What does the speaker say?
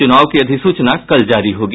चुनाव की अधिसूचना कल जारी होगी